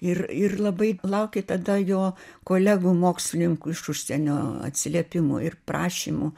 ir ir labai laukė tada jo kolegų mokslininkų iš užsienio atsiliepimų ir prašymų